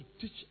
teach